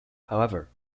however